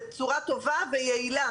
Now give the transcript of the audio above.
בצורה טובה ויעילה.